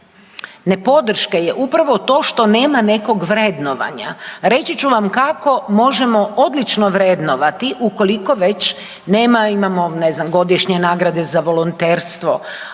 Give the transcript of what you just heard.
nepodrške je upravo to što nema nekog vrednovanja. Reći ću vam kako možemo odlično vrednovati ukoliko već nema, imamo ne znam, godišnje nagrade za volonterstvo,